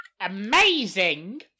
amazing